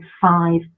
five